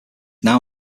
now